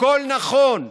הכול נכון.